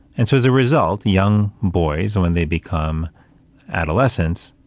and so, as a result, young boys, when they become adolescents,